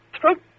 throat